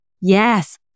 yes